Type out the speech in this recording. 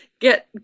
get